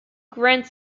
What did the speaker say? grant